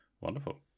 Wonderful